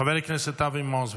חבר הכנסת אבי מעוז,